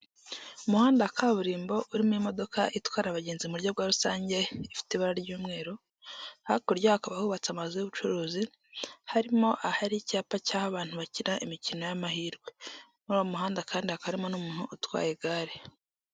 Umuhanda wa kaburimbo urimo imodoka itwara abagenzi mu buryo bwa rusange ifite ibara ry'umweru, hakurya hakaba hubatse amazu y'ubucuruzi harimo ahari icyapa cy'abantu bakina imikino y'amahirwe. Muri uwo muhanda kandi hakamo n'umuntu utwaye igare.